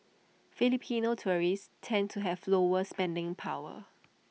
Filipino tourists tend to have lower spending power